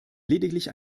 lediglich